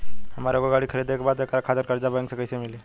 हमरा एगो गाड़ी खरीदे के बा त एकरा खातिर कर्जा बैंक से कईसे मिली?